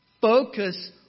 Focus